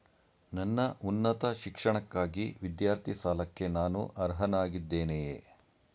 ನನ್ನ ಉನ್ನತ ಶಿಕ್ಷಣಕ್ಕಾಗಿ ವಿದ್ಯಾರ್ಥಿ ಸಾಲಕ್ಕೆ ನಾನು ಅರ್ಹನಾಗಿದ್ದೇನೆಯೇ?